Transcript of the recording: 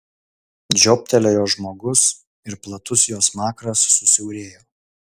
žiobtelėjo žmogus ir platus jo smakras susiaurėjo